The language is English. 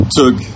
took